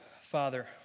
Father